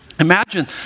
Imagine